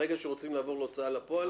ברגע שרוצים לעבור להוצאה לפועל,